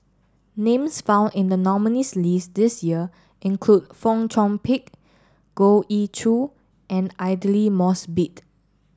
names found in the nominees' list this year include Fong Chong Pik Goh Ee Choo and Aidli Mosbit